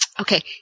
okay